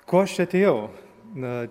ko aš čia atėjau na